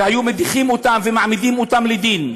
והיו מדיחים אותו ומעמידים אותו לדין.